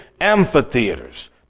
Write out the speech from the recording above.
amphitheaters